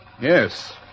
Yes